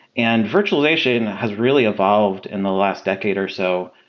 and virtualization has really evolved in the last decade or so.